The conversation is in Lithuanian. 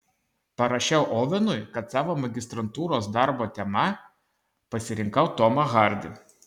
parašiau ovenui kad savo magistrantūros darbo tema pasirinkau tomą hardį